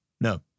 No